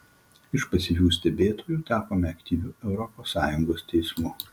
iš pasyvių stebėtojų tapome aktyviu europos sąjungos teismu